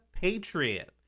Patriot